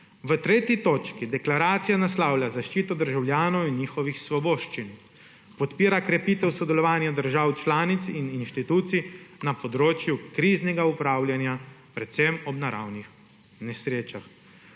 V 3. točki deklaracija naslavlja zaščito državljanov in njihovih svoboščin, podpira krepitev sodelovanja držav članic in institucij na področju kriznega upravljanja predvsem ob naravnih nesrečah.